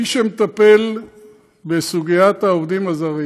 מי שמטפל בסוגיית העובדים הזרים